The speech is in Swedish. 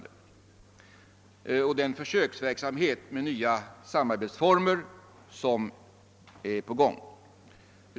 Den saken behandlas också i detta avsnitt av statsutskottets förevarande utlåtande.